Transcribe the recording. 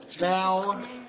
now